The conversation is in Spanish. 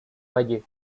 valle